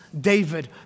David